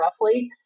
roughly